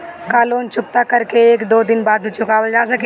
का लोन चुकता कर के एक दो दिन बाद भी चुकावल जा सकेला?